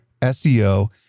SEO